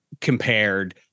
compared